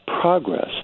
progress